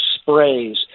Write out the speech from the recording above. sprays